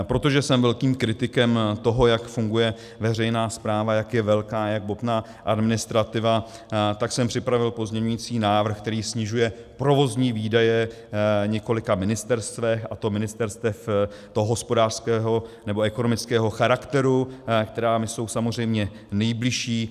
Protože jsem velkým kritikem toho, jak funguje veřejná správa, jak je velká, jak bobtná administrativa, tak jsem připravil pozměňovací návrh, který snižuje provozní výdaje několika ministerstev, a to ministerstev toho hospodářského nebo ekonomického charakteru, která mi jsou samozřejmě nejbližší.